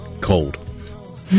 cold